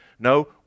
No